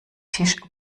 tisch